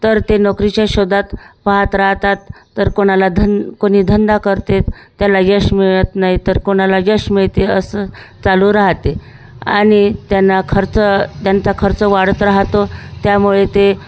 तर ते नोकरीच्या शोधात पाहात राहतात तर कोणाला धन कोणी धंदा करतात त्याला यश मिळत नाही तर कोणाला यश मिळते असं चालू राहते आणि त्यांना खर्च त्यांचा खर्च वाढत राहतो त्यामुळे ते